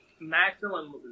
maximum